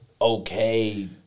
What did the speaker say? okay